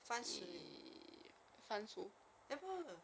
no but but in in taiwan I think